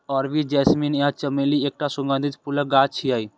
अरबी जैस्मीन या चमेली एकटा सुगंधित फूलक गाछ छियै